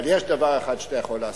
אבל יש דבר אחד שאתה יכול לעשות: